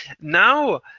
Now